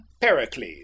pericles